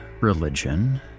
religion